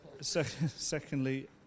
Secondly